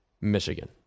Michigan